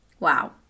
Wow